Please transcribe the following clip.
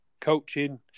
coaching